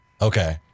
Okay